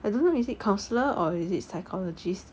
eh I don't know is it counsellor or is it psychologists